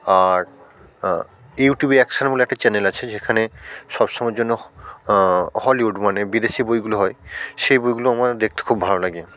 আর U T V action বলে একটা channel আছে যেখানে সবসময়ের জন্য হলিউড মানে বিদেশী বইগুলো হয় সেই বইগুলো আমার দেখতে খুব ভালো লাগে